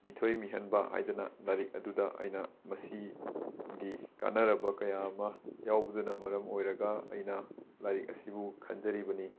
ꯃꯤꯊꯣꯏ ꯃꯤꯍꯦꯟꯕ ꯍꯥꯏꯗꯅ ꯂꯥꯏꯔꯤꯛ ꯑꯗꯨꯗ ꯑꯩꯅ ꯃꯁꯤꯒꯤ ꯀꯥꯟꯅꯔꯕ ꯀꯌꯥ ꯑꯃ ꯌꯥꯎꯕꯗꯨꯅ ꯃꯔꯝ ꯑꯣꯏꯔꯒ ꯑꯩꯅ ꯂꯥꯏꯔꯤꯛ ꯑꯁꯤꯕꯨ ꯈꯟꯖꯔꯤꯕꯅꯤ